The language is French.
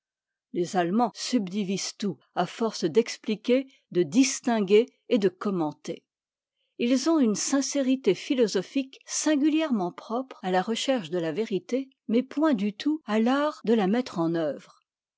les allemands subdivisent tout à force d'expliquer de distinguer et de commenter ils ont une sincérité philosophique singulièrement propre à la recherche de la vérité mais point du tout à l'art de la mettre en oeuvre